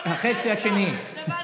החצי השני.